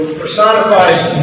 personifies